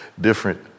different